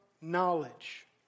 knowledge